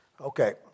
Okay